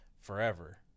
forever